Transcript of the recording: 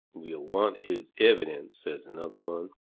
we'll want his evidence, says another one.